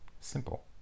Simple